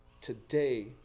Today